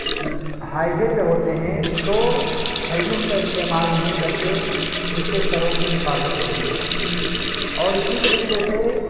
high وے پہ ہوتے ہیں تو ہیلمٹ کا استعمال نہیں کرتے جس سے سروں کی حفاظت ہوتی ہے اور اسی طریقے سے